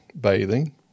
bathing